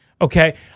Okay